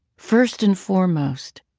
first and foremost,